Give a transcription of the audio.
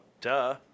duh